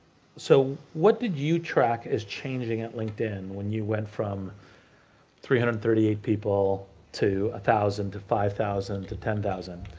so what did you track as changing at linkedin when you went from three hundred and thirty eight people to a thousand to five thousand to ten thousand,